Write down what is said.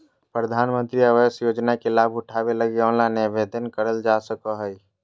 प्रधानमंत्री आवास योजना के लाभ उठावे लगी ऑनलाइन आवेदन करल जा सको हय